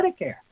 Medicare